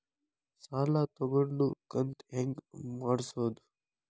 ಸಾಲ ತಗೊಂಡು ಕಂತ ಹೆಂಗ್ ಮಾಡ್ಸೋದು?